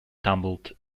tumbled